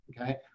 okay